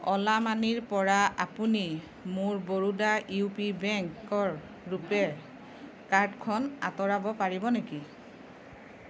Ola Money পৰা আপুনি মোৰ বৰোডা ইউ পি বেংকৰ ৰুপে' কাৰ্ডখন আঁতৰাব পাৰিব নেকি